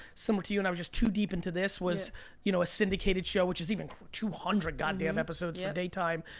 similar to you, and i was just too deep into this was you know a syndicated show, which is even two hundred god damn episodes for yeah daytime.